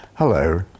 Hello